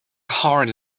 hearty